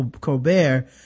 Colbert